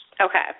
Okay